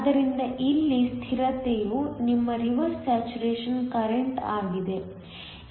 ಆದ್ದರಿಂದ ಇಲ್ಲಿ ಸ್ಥಿರತೆಯು ನಿಮ್ಮ ರಿವರ್ಸ್ ಸ್ಯಾಚುರೇಶನ್ ಕರೆಂಟ್ಆಗಿದೆ